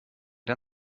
der